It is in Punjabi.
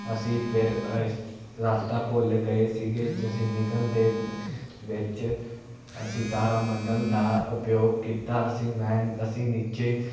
ਅਸੀਂ ਫਿਰ ਰਸਤਾ ਭੁੱਲ ਗਏ ਸੀਗੇ ਚ ਅਸੀਂ ਨਿਕਲਣ ਦੇ ਵਿੱਚ ਅਸੀਂ ਤਾਰਾ ਮੰਡਲ ਦਾ ਉਪਯੋਗ ਕੀਤਾ ਸੀ ਮੈਂ ਅਸੀਂ ਨੀਚੇ